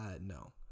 no